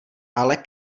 ale